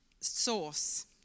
source